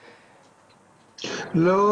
לא,